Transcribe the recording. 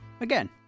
Again